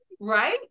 Right